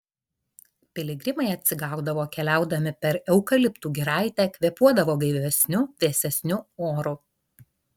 piligrimai atsigaudavo keliaudami per eukaliptų giraitę kvėpuodavo gaivesniu vėsesniu oru